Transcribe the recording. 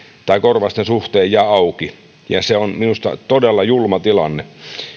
tai korvausten suhteen jää auki se on minusta todella julma tilanne